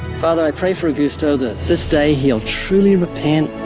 father, i pray for augusto, that this day, he'll truly repent,